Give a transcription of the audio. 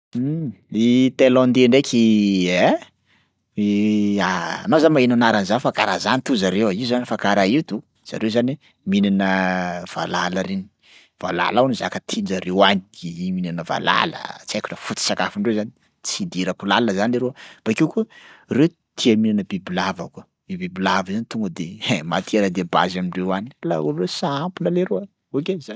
Um, i Thaïlandais ndraiky anao zany maheno anarany zany fa karaha izany to zareo e, io izany fa karaha io to, zareo zany e mihinana valala reny, valala hony zaka tian-jareo any mihinanana valala tsy haiko raha foto-tsakafondreo zany, tsy idirako lalina zany leroa. Bakeo koa reo tia mihinana bibilava koa, io bibilava io zany tonga de hein matiera de base amindreo any, laolo reo sampona leroa, okey zany.